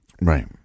Right